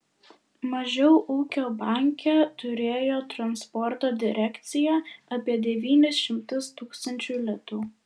mažiau ūkio banke turėjo transporto direkcija apie devynis šimtus tūkstančių litų